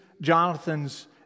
Jonathan's